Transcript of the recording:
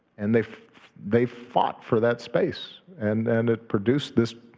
and they they fought for that space and and it produced this